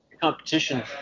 competition